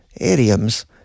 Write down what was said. idioms